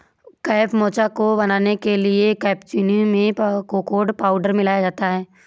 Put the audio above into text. cafe mocha को बनाने के लिए कैप्युचीनो में कोकोडा पाउडर मिलाया जाता है